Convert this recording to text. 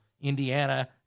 Indiana